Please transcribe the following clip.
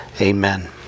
Amen